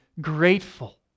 grateful